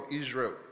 Israel